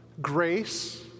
grace